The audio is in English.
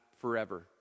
forever